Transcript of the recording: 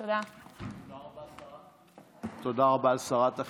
תודה רבה לשרת החינוך.